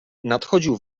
nadchodził